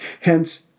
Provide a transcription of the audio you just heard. Hence